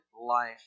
life